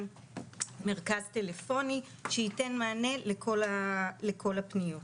מרכז טלפוני שייתן מענה לכל הפניות.